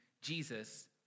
Jesus